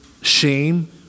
shame